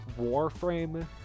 Warframe